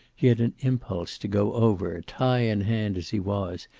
he had an impulse to go over, tie in hand as he was,